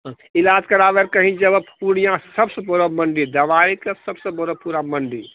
ईलाज कराबए लए कहि जेबऽ पूर्णिया सबसँ बड़ा मण्डी दवाइके सबसँ बड़ा पूरा मण्डी